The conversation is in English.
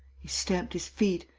he stamped his feet.